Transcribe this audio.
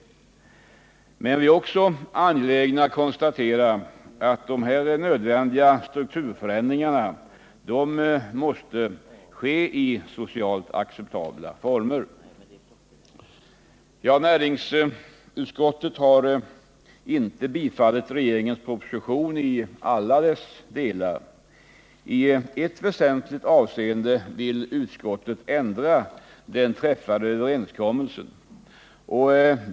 Vi är i det sammanhanget angelägna att framhålla att de nödvändiga strukturförändringarna måste ske i socialt acceptabla former. Näringsutskottet har inte följt regeringens proposition i alla delar. I ett väsentligt avseende vill utskottet ändra den träffade överenskommelsen.